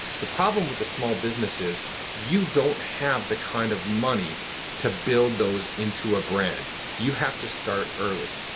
the problem with the small business is you don't have the kind of money to build those into a brand. you have to start early.